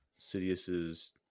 Sidious's